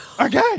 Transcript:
Okay